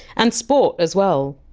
and sport as well.